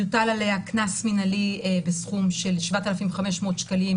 יוטל עליה קנס מנהלי בסכום של-7,500 שקלים,